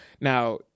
now